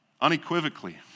unequivocally